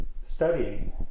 studying